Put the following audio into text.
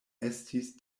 estis